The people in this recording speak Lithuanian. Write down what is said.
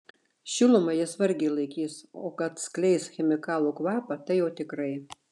šilumą jis vargiai laikys o kad skleis chemikalų kvapą tai jau tikrai